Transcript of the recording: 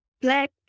black